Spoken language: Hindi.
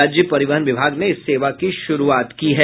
राज्य परिवहन विभाग ने इस सेवा की शुरूआत की है